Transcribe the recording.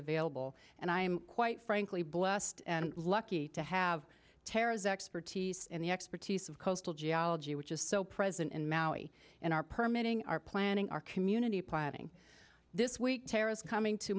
available and i am quite frankly blessed and lucky to have terrorism expertise in the expertise of coastal geology which is so present in maui and our permit in our planning our community planning this week terrorists coming to